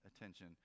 attention